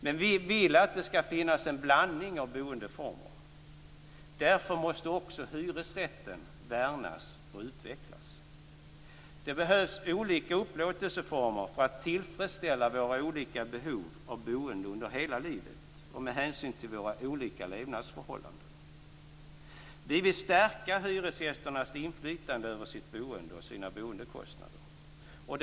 Men vi vill att det skall finnas en blandning av boendeformer. Därför måste också hyresrätten värnas och utvecklas. Det behövs olika upplåtelseformer för att tillfredsställa våra olika behov av boende under hela livet och med hänsyn till våra olika levnadsförhållanden. Vi vill stärka hyresgästernas inflytande över sitt boende och sina boendekostnader.